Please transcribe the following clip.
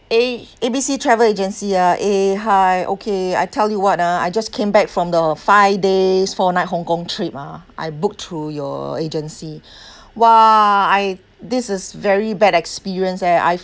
A~ A B C travel agency ah eh hi okay I tell you what ah I just came back from the five days four night hong kong trip ah I book through your agency !wah! I this is very bad experience eh I